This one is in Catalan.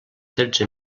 tretze